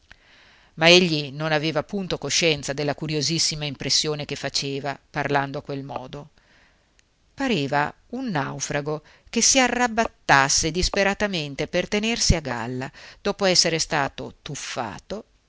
ma egli non aveva punto coscienza della curiosissima impressione che faceva parlando a quel modo pareva un naufrago che si arrabattasse disperatamente per tenersi a galla dopo essere stato tuffato